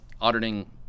auditing